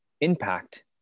impact